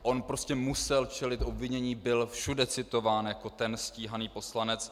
On prostě musel čelit obvinění, byl všude citován jako ten stíhaný poslanec.